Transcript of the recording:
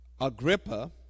Agrippa